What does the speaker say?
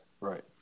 Right